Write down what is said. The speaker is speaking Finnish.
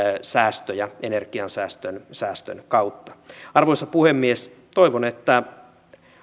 säästöjä energiansäästön kautta arvoisa puhemies toivon että